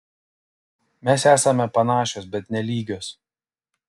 mes esame panašios bet ne lygios